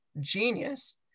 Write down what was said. genius